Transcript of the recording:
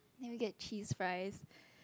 then we get cheese fries